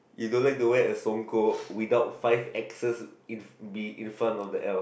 he don't like to wear a sonko without five X S in be in front of the L